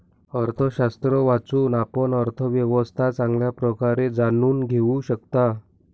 अर्थशास्त्र वाचून, आपण अर्थव्यवस्था चांगल्या प्रकारे जाणून घेऊ शकता